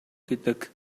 гэдэг